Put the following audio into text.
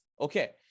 Okay